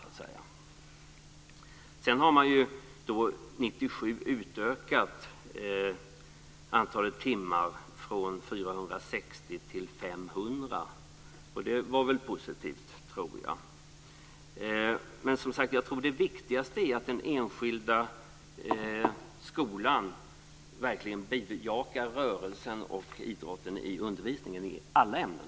År 1997 utökades antalet timmar från 460 till 500, och det var positivt. Men det viktigaste är att den enskilda skolan i undervisningen i alla ämnen verkligen bejakar rörelsen och idrotten.